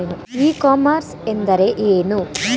E commerce ಎಂದರೆ ಏನು?